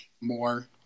more